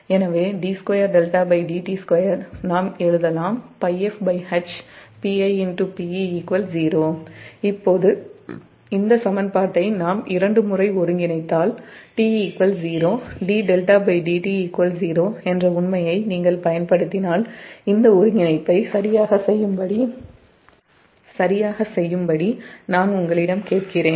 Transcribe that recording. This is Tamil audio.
எனவே d2𝜹dt2 நாம் எழுதலாம் 𝝅fHPi Pe0 இப்போது இந்த சமன்பாட்டை நாம் இரண்டு முறை ஒருங்கிணைத்தால் t 0 d𝜹dt 0 என்ற உண்மையை நீங்கள் பயன்படுத்தினால் இந்த ஒருங்கிணைப்பை சரியாகச் செய்யும் படி நான் உங்களிடம் கேட்கிறேன்